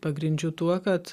pagrindžiu tuo kad